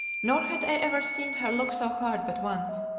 nor had i ever seen her look so hard but once,